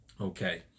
Okay